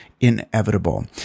inevitable